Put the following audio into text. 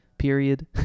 period